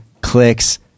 clicks